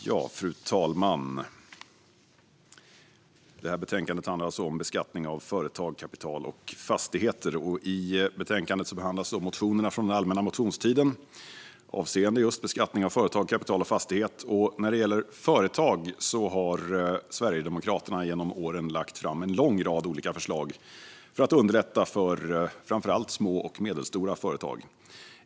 Fru talman! Det här betänkandet handlar om beskattning av företag, kapital och fastigheter. I betänkandet behandlas motionerna från den allmänna motionstiden avseende just beskattning av företag, kapital och fastighet. När det gäller företag har Sverigedemokraterna genom åren lagt fram en lång rad olika förslag för att underlätta för framför allt små och medelstora företag.